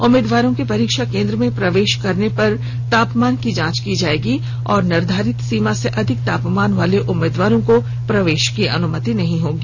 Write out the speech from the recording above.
उम्मीदवारों के परीक्षा केन्द्र में प्रवेश करने पर तापमान की जांच की जाएगी और निर्धारित सीमा से अधिक तापमान वाले उम्मीदवारों को प्रवेश की अनुमति नहीं दी जाएगी